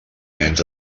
nens